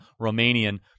Romanian